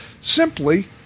simply